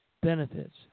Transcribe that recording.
benefits